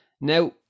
Now